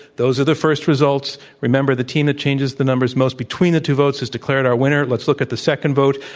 those are the first results. remember, the team that changes the numbers most between the two votes is declared our winner. let's look at the second vote.